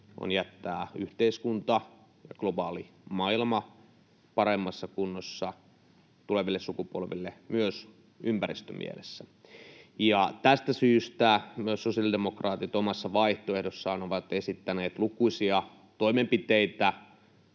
on jättää yhteiskunta ja globaali maailma paremmassa kunnossa tuleville sukupolville myös ympäristömielessä. Tästä syystä myös sosiaalidemokraatit omassa vaihtoehdossaan ovat esittäneet lukuisia toimenpiteitä